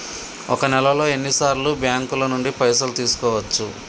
ఒక నెలలో ఎన్ని సార్లు బ్యాంకుల నుండి పైసలు తీసుకోవచ్చు?